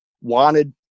wanted